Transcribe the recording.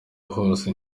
hose